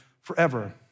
forever